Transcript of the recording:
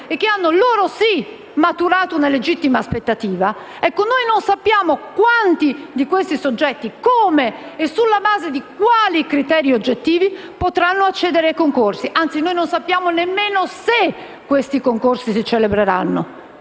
e che hanno, loro sì, maturato una legittima aspettativa, ecco, noi non sappiamo quanti di questi soggetti, come e sulla base di quali criteri oggettivi potranno accedere ai concorsi. Anzi, noi non sappiamo nemmeno se questi concorsi si celebreranno,